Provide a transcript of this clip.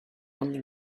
only